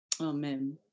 amen